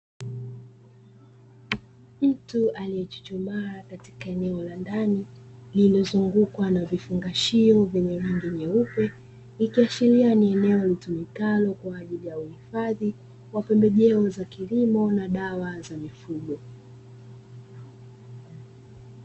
Mtu aliyechuchumaa katika eneo la ndani, lililozungukwa na vifungashio vyenye rangi nyeupe, ikiashiria ni eneo litumikalo kwa ajili ya uhifadhi wa pembejeo za kilimo na dawa za mifugo.